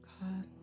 God